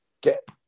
get